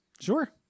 Sure